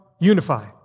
unify